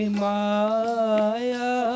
maya